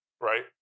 right